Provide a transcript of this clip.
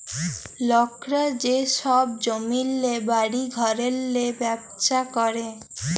লকরা যে ছব জমিল্লে, বাড়ি ঘরেল্লে ব্যবছা ক্যরে